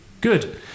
good